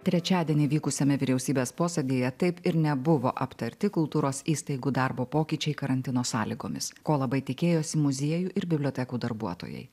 trečiadienį vykusiame vyriausybės posėdyje taip ir nebuvo aptarti kultūros įstaigų darbo pokyčiai karantino sąlygomis ko labai tikėjosi muziejų ir bibliotekų darbuotojai